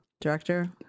Director